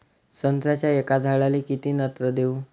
संत्र्याच्या एका झाडाले किती नत्र देऊ?